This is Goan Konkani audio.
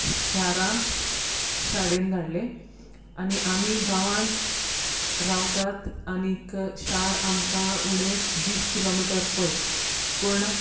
शारांत शाळेंत धाडलें आनी आमी गांवांत रावतात आनी शार आमकां उणेंच वीस किलॉ मिटर पयस पूण